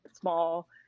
small